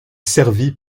servie